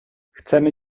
chcemy